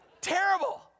Terrible